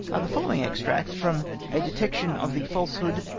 the following extracts from a detection of the falsehood,